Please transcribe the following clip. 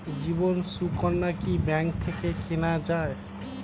জীবন সুকন্যা কি ব্যাংক থেকে কেনা যায়?